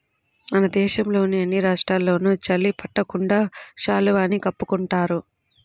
మన దేశంలోని అన్ని రాష్ట్రాల్లోనూ చలి పుట్టకుండా శాలువాని కప్పుకుంటున్నారు